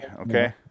Okay